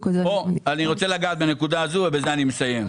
אני רוצה לגעת בנקודה הזאת ובזה אני מסיים.